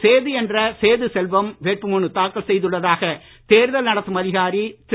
சேது என்ற சேது செல்வம் வேட்புமனு தாக்கல் செய்துள்ளதாக தேர்தல் நடத்தும் அதிகாரி திரு